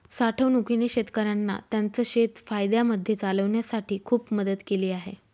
साठवणूकीने शेतकऱ्यांना त्यांचं शेत फायद्यामध्ये चालवण्यासाठी खूप मदत केली आहे